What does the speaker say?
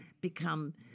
become